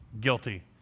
guilty